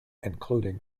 including